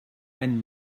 ein